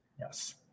Yes